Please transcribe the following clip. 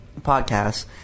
podcasts